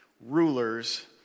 rulers